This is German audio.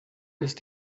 ist